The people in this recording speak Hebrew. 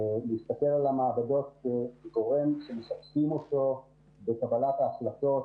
להסתכל על המעבדות כגורם שמשתפים אותו בקבלת ההחלטות,